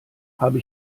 habe